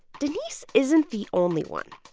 denise isn't the only one.